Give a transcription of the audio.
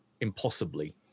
impossibly